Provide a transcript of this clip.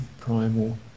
primal